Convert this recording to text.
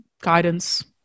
guidance